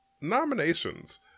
nominations